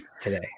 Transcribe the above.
today